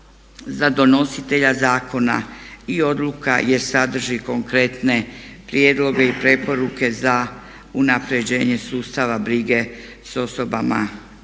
za donositelja zakona i odluka jer sadrži konkretne prijedloge i preporuke za unapređenje sustava brige o osobama